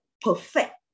perfect